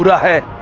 ahead.